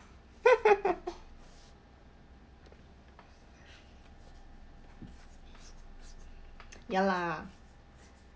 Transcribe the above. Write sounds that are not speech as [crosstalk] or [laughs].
[laughs] ya lah